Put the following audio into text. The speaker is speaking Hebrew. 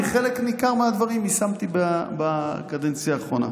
כי חלק ניכר מהדברים יישמתי בקדנציה האחרונה,